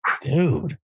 Dude